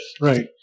Right